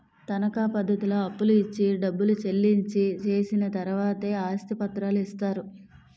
తనకా పద్ధతిలో అప్పులు ఇచ్చి డబ్బు చెల్లించి చేసిన తర్వాతే ఆస్తి పత్రాలు ఇస్తారు